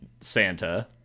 Santa